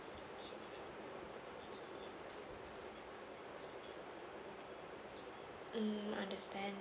mm understand